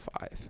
five